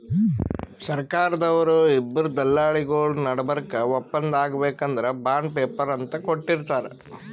ಸರ್ಕಾರ್ದವ್ರು ಇಬ್ಬರ್ ದಲ್ಲಾಳಿಗೊಳ್ ನಡಬರ್ಕ್ ಒಪ್ಪಂದ್ ಆಗ್ಬೇಕ್ ಅಂದ್ರ ಬಾಂಡ್ ಪೇಪರ್ ಅಂತ್ ಕೊಟ್ಟಿರ್ತಾರ್